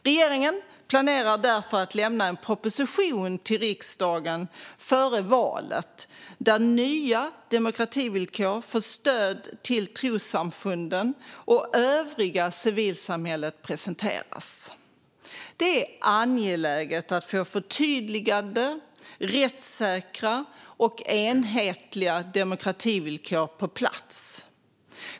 Regeringen planerar därför att lämna en proposition till riksdagen före valet, där nya demokrativillkor för stöd till trossamfunden och det övriga civilsamhället presenteras. Det är angeläget att få förtydligade, rättssäkra och enhetliga demokrativillkor på plats.